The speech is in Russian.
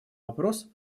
вопрос